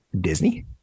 Disney